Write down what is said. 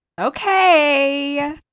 Okay